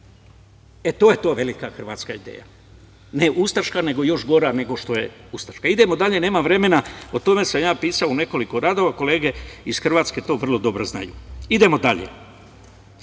E, to je ta velikohrvatska ideja, ne ustaška, nego još gora nego što je ustaška. Idemo dalje, nemam vremena, o tome sam ja pisao u nekoliko radova kolege iz Hrvatske to vrlo dobro znaju. Idemo dalje,